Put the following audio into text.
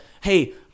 hey